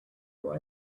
boy